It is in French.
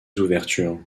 ouvertures